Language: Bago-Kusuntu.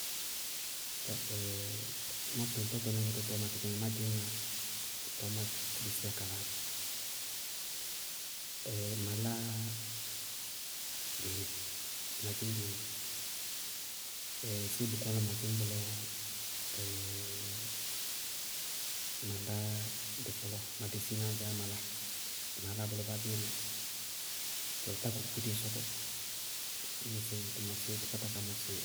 Tɔɔ má tɩŋ tɔtɔníŋɛ tʋtɔɔ ma tɩtɩŋɛ má dzɩñŋá, tɔɔ má kilisíyá kalaá dzɛ, ɛɛ ma lá beenɛɛ, ma dzɩñ beenɛɛ, ɛɛ séé bʋ kʋní lɔ ma dzɩñ bʋlɔ, ma lá dɩ fɔlɔɔ, ŋɖma desináa dzaá ma láa, maá lá bʋlɔ báa abéeré, tɔɔ tákukuú dɩí sɔkɔ. Ñŋsɩ dɩ mɔsíɩ, dɩí kpáta mɔsɩ